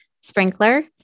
Sprinkler